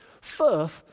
First